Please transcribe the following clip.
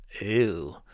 Ew